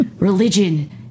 Religion